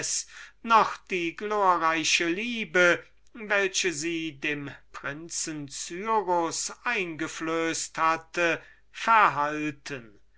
noch die glorreiche liebe welche sie dem prinzen cyrus eingeflößt hatte verhalten